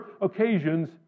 occasions